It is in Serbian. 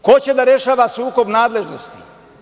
Ko će da rešava sukob nadležnosti?